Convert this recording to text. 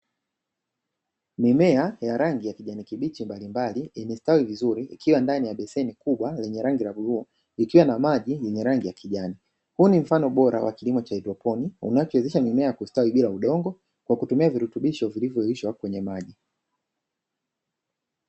Mimea ya rangi ya kijani kibichi mbalimbali imestawi vizuri ikiwa ndani ya beseni kubwa lenye rangi la bluu, likiwa na maji yenye rangi ya kijani huu ni mfano bora wa kilimo cha haidroponi, unachowezesha mimea ya kustawi bila udongo kwa kutumia virutubisho kwenye maji.